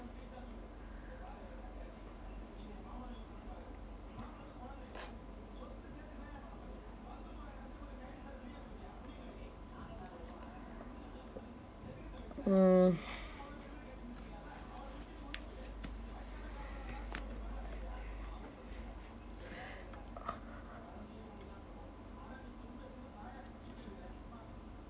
mm